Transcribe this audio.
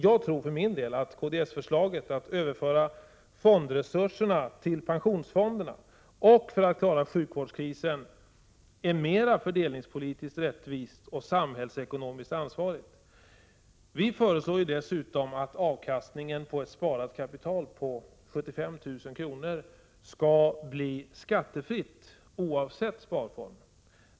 Jag tror att kds-förslaget att överföra fondresurserna till pensionsfonderna och att använda dem för att klara sjukvårdskrisen är fördelningspolitiskt mera rättvist och samhällsekonomiskt ansvarigt. Vi föreslår dessutom att avkastningen på ett sparat kapital på 75 000 kr. skall bli skattefritt oavsett sparform.